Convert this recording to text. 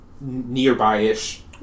nearby-ish